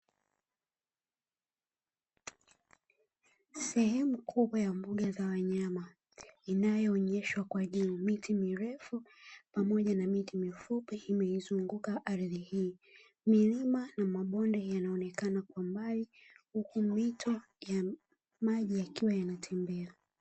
Sehemu kubwa ya mbuga za wanyama inayoonyeshwa miti mirefu pamoja na miti mifupi imeizunguka ardhi hii milima na mabonde yanaonekana kwa mbali huku mito ya maji yakiwa yanatembea.